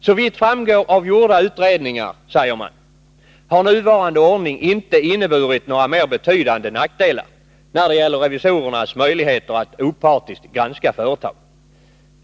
Såvitt framgår av gjorda utredningar, säger man, har nuvarande ordning inte inneburit några mer betydande nackdelar när det gäller revisorernas möjligheter att opartiskt granska företagen.